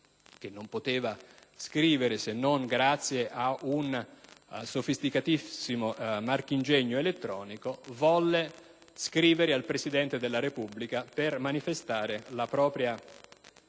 che non poteva scrivere se non grazie a un sofisticatissimo marchingegno elettronico, volle scrivere al Presidente della Repubblica per manifestare la propria